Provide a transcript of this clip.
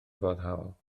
foddhaol